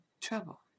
trouble